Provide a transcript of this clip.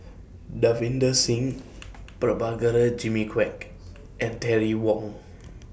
Davinder Singh Prabhakara Jimmy Quek and Terry Wong